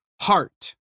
heart